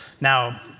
Now